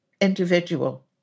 individual